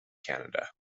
canada